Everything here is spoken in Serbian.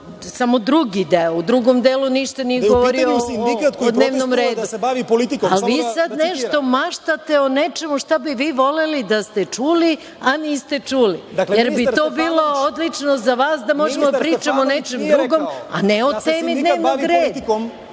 samo drugi deo. U drugom delu ništa nije govorio o dnevnom redu, ali vi sada nešto maštate o nečemu šta bi vi voleli da ste čuli, a niste čuli, jer bi to bilo odlično za vas da možemo da pričamo o nečem drugom, a ne o temi dnevnog reda.